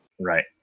Right